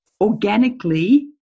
organically